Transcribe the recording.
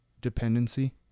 Dependency